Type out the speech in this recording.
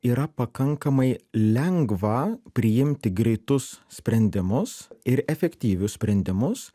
yra pakankamai lengva priimti greitus sprendimus ir efektyvius sprendimus